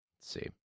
see